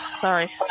Sorry